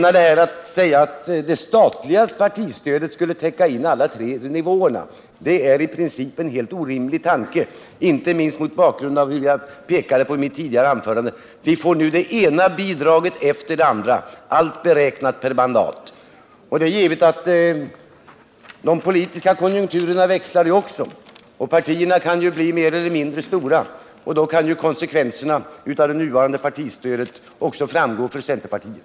Att det statliga partistödet skulle täcka in alla tre nivåerna menade jag var eni princip helt orimlig tanke, inte minst mot bakgrund av det jag pekade på i mitt tidigare anförande. Vi får nu det ena bidraget efter det andra, helt beräknat per mandat. Det är givet att de politiska konjunkturerna också växlar och partierna kan bli mer eller mindre stora och då kan konsekvenserna av det nuvarande partistödet uppenbaras också för centerpartiet.